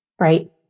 right